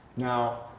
now,